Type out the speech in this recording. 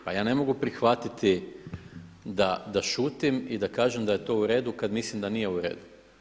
Znači ja ne mogu prihvatiti da šutim i da kažem da je to uredu kada mislim da nije uredu.